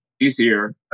easier